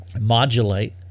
modulate